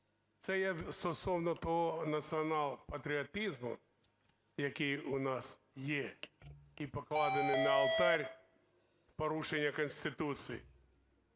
Це я стосовно того націонал-патріотизму, який у нас є і покладений на алтарь порушення Конституції.